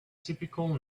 typical